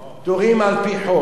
בתי-כנסת פטורים על-פי חוק.